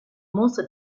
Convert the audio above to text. monstres